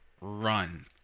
run